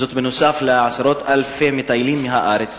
וזאת בנוסף לעשרות אלפי מטיילים מהארץ.